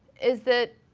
is that,